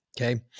okay